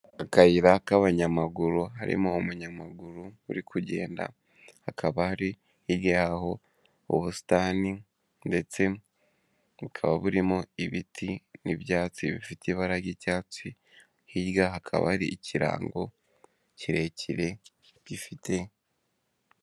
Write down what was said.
Akayira k'abanyamaguru harimo umunyamaguru uri kugenda, hakaba hari hirya yaho ubusitani ndetse bukaba burimo ibiti n'ibyatsi bifite ibara ry'icyatsi, hirya hakaba ari ikirango kirekire gifite...